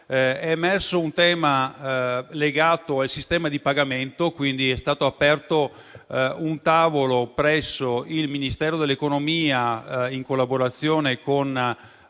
inoltre un tema legato al sistema di pagamento, per cui è stato aperto un tavolo presso il Ministero dell'economia, in collaborazione con